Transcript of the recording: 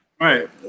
Right